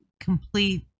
complete